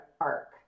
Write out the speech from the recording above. arc